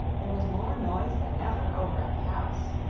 there was more noise than ever over at the house.